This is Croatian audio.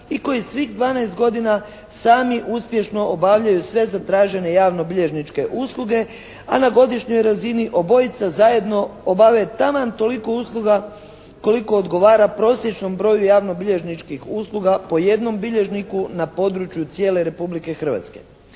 i koji svih 12 godina sami uspješno obavljaju sve zatražene javnobilježničke usluge, a na godišnjoj razini obojica zajedno obave taman toliko usluga koliko odgovara prosječnom broju javnobilježničkih usluga po jednom bilježniku na području cijele Republike Hrvatske.